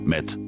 Met